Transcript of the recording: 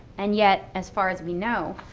and yet, as far as we know,